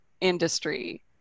industry